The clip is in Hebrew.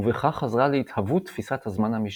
ובכך עזרה להתהוות תפיסת הזמן המישורית.